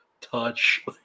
touch